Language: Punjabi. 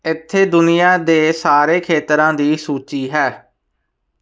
ਇੱਥੇ ਦੁਨੀਆ ਦੇ ਸਾਰੇ ਖੇਤਰਾਂ ਦੀ ਸੂਚੀ ਹੈ